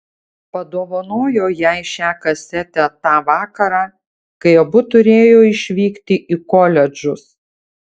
padovanojo jai šią kasetę tą vakarą kai abu turėjo išvykti į koledžus